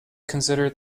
considered